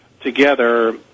together